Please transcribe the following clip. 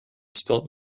spilt